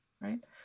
right